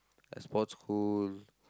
there's sports school